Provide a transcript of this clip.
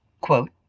Quote